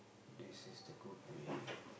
this is the good way